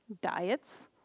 Diets